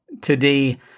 Today